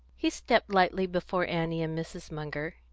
he stepped lightly before annie and mrs. munger,